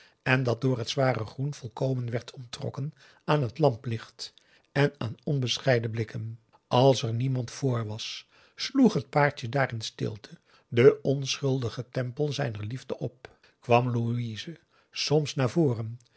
en dat door het zware groen volkomen werd onttrokken aan het lamplicht en aan onbescheiden blikken als er niemand vr was sloeg het paartje daar in stilte den onschuldigen tempel zijner liefde op kwam louise soms naar voren